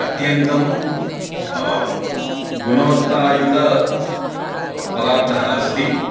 अत्यन्तं गुणवत्तायुतः पदार्थः अस्ति